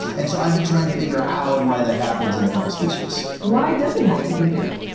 and so i've been trying to figure out how and why that happens in a couple of species. why does it happen, do you think?